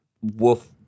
Wolf